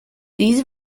these